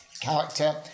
character